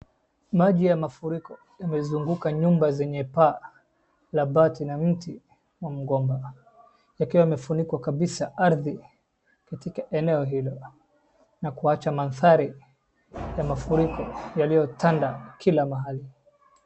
Maji ya mafuriko imezunguka nyumba zenye paa la bati na mti wa mgomba yakiwa yamefunikwa kabisa ardhi katika eneo hilo na kuwacha maathari ya mafuriko yaliyotanda kila mahali.